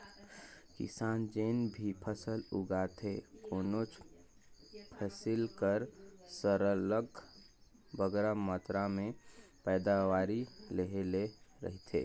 किसान जेन भी फसल उगाथे कोनोच फसिल कर सरलग बगरा मातरा में पएदावारी लेहे ले रहथे